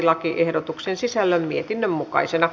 lakiehdotuksen sisällön mietinnön mukaisena